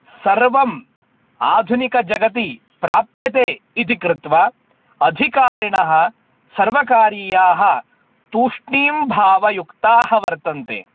सर्वम् आधुनिकः जगति प्राप्यते इति कृत्वा अधिकारिणः सर्वकारीयाः तूष्णीं भावयुक्ताः वर्तन्ते